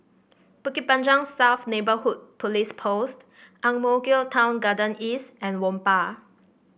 Bukit Panjang South Neighbourhood Police Post Ang Mo Kio Town Garden East and Whampoa